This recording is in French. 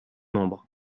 membres